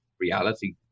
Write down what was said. reality